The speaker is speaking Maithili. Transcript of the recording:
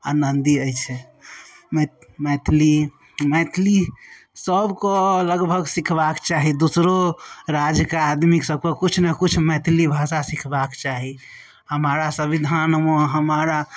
आनन्दी अछि मै मैथिली मैथिली सबके लगभग सीखबाक चाही दोसरो राज्यके आदमी सबके किछु ने किछु मैथिली भाषा सीखबाक चाही हमारा संविधानमे हमारा